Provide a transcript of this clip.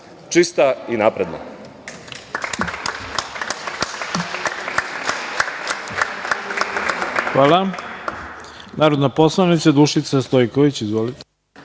čista i napredna!